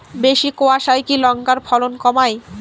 বেশি কোয়াশায় কি লঙ্কার ফলন কমায়?